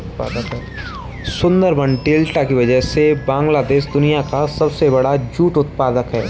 Sundarban delta की वजह से बांग्लादेश दुनिया का सबसे बड़ा जूट उत्पादक है